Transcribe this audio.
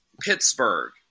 Pittsburgh